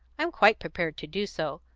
i'm quite prepared to do so.